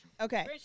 Okay